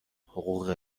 حقوق